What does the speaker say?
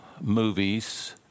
movies